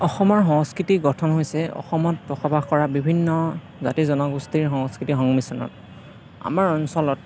অসমৰ সংস্কৃতি গঠন হৈছে অসমত বসবাস কৰা বিভিন্ন জাতি জনগোষ্ঠীৰ সংস্কৃতিৰ সংমিশ্ৰণত আমাৰ অঞ্চলত